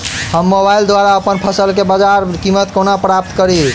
हम मोबाइल द्वारा अप्पन फसल केँ बजार कीमत कोना प्राप्त कड़ी?